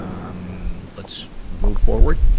um, let's move forward.